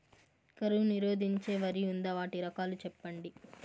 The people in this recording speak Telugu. కరువు నిరోధించే వరి ఉందా? వాటి రకాలు చెప్పండి?